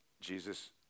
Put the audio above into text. Jesus